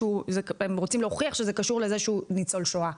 הם רוצים להוכיח שזה קשור לזה שהוא ניצול שואה.